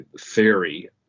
theory